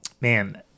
man